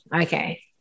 Okay